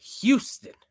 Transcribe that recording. Houston